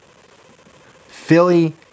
Philly